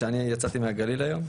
אני יצאתי מהגליל היום,